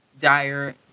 dire